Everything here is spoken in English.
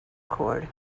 cord